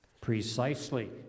Precisely